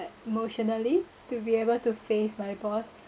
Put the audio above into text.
like emotionally to be able to face my boss